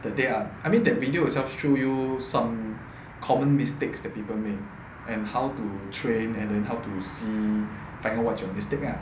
that they are I mean that video itself show you some common mistakes that people make and how to train and then how to see find out what is your mistake ah